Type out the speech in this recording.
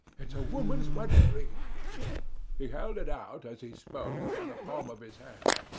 it's a woman's wedding-ring. he held it out, as he spoke, upon the palm of his hand.